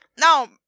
Now